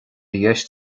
dheis